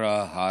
בחברה הערבית.